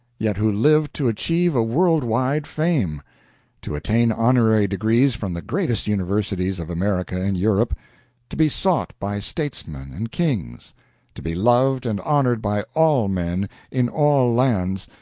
yet who lived to achieve a world-wide fame to attain honorary degrees from the greatest universities of america and europe to be sought by statesmen and kings to be loved and honored by all men in all lands,